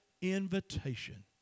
invitation